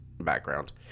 background